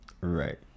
Right